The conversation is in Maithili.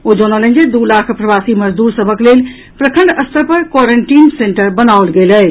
ओ जनौलनि जे दू लाख प्रवासी मजदूर सभक लेल प्रखंड स्तर पर क्वारेंटीन सेन्टर बनाओल गेल अछि